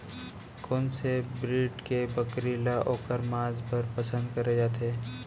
कोन से ब्रीड के बकरी ला ओखर माँस बर पसंद करे जाथे?